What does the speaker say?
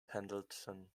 pendleton